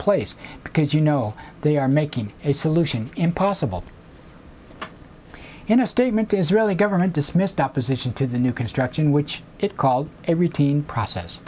place because you know they are making a solution impossible in a statement israeli government dismissed opposition to the new construction which it called every teen process